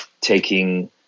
taking